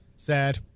Sad